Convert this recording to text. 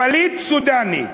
פליט סודאני,